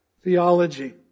theology